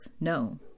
no